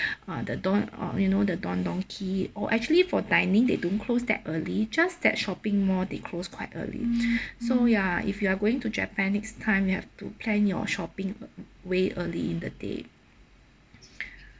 uh the don uh you know the don donki or actually for dining they don't close that early just that shopping mall they close quite early so ya if you are going to japan next time you have to plan your shopping way early in the day